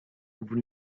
vous